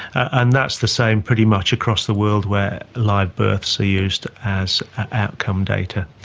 and that's the same pretty much across the world where live births are used as outcome data.